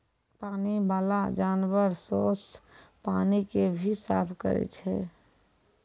पानी बाला जानवर सोस पानी के भी साफ करै छै